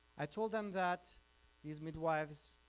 i told them that these midwives